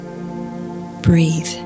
Breathe